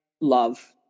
love